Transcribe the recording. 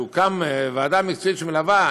שהוקמה ועדה מקצועית שמלווה,